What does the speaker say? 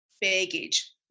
baggage